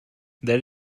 that